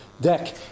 deck